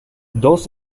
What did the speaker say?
dos